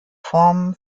formen